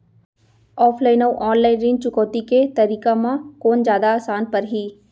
Offline अऊ online ऋण चुकौती के तरीका म कोन जादा आसान परही?